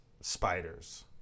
spiders